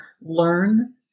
learn